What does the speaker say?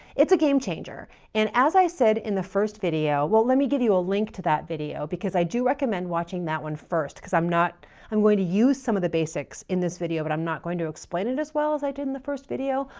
it's a game changer. and as i said in the first video. well, let me give you a link to that video because i do recommend watching that one first because i'm going to use some of the basics in this video but i'm not going to explain it as well as i did in the first video.